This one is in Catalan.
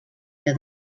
que